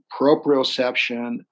proprioception